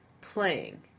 playing